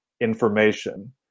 information